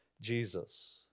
Jesus